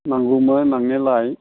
नांगौमोन नांनायालाय